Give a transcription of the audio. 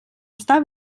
estar